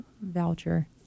voucher